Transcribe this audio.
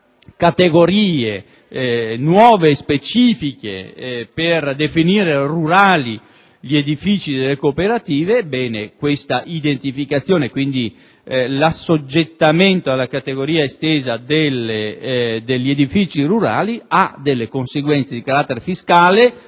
categorie nuove e specifiche per definire rurali gli edifici delle cooperative; ebbene, questa identificazione, quindi l'assoggettamento alla categoria estesa degli edifici rurali, comporta delle conseguenze di carattere fiscale,